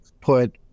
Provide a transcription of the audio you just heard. put